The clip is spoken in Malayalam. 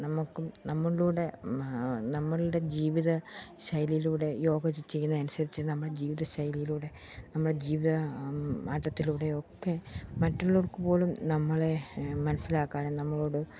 നമുക്കും നമ്മളുടെ നമ്മളുടെ ജീവിത ശൈലിയിലൂടെ യോഗ ചെയ്യുന്നയനുസരിച്ച് നമ്മുടെ ജീവിതശൈലിയിലൂടെ നമ്മുടെ ജീവിത മാറ്റത്തിലൂടെയൊക്കെ മറ്റുള്ളവർക്ക് പോലും നമ്മളെ മനസ്സിലാക്കാനും നമ്മളോട്